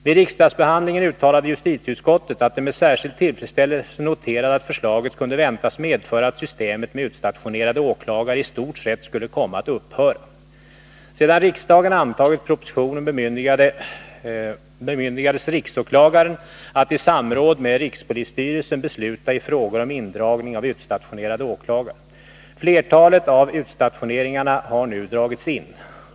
Vid riksdagsbehandlingen uttalade justitieutskottet att det med särskild tillfredsställelse noterade att förslaget kunde väntas medföra att systemet med utstationerade åklagare i stort sett skulle komma att upphöra. samråd med rikspolisstyrelsen besluta i frågor om indragning av utstationerade åklagare. Flertalet av utstationeringarna har nu dragits in.